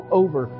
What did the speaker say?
over